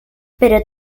pero